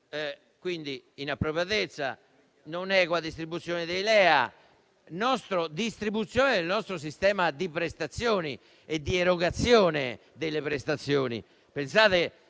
inappropriatezza, non equa distribuzione dei LEA e del nostro sistema di prestazioni e di erogazione delle prestazioni.